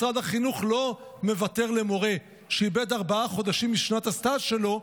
משרד החינוך לא מוותר למורה שאיבד ארבעה חודשים משנת הסטז' שלו,